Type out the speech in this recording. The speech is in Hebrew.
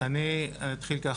אני אתחיל ואגיד כך,